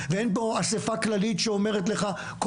ביטחון פנים,